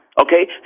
Okay